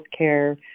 healthcare